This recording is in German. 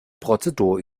prozedur